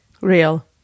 real